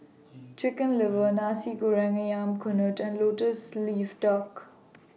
Chicken Liver Nasi Goreng Ayam Kunyit and Lotus Leaf Duck